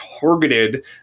targeted